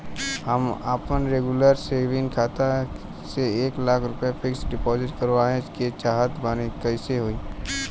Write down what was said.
हम आपन regular saving खाता से एक लाख रुपया फिक्स डिपॉज़िट करवावे के चाहत बानी त कैसे होई?